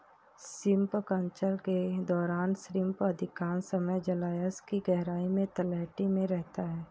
shrimp culture के दौरान shrimp अधिकांश समय जलायश की गहराई में तलहटी में रहता है